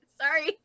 Sorry